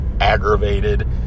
aggravated